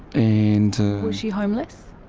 and was she homeless?